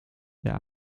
der